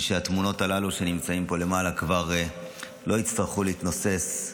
שהתמונות הללו שנמצאות פה למעלה כבר לא יצטרכו להתנוסס,